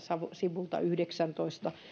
sivulta yhdeksäntoista